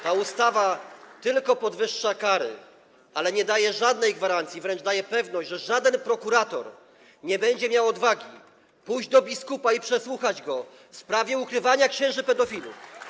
Ta ustawa tylko podwyższa kary, ale nie daje żadnej gwarancji, a wręcz daje pewność, że żaden prokurator nie będzie miał odwagi pójść do biskupa i przesłuchać go w sprawie ukrywania księży pedofilów.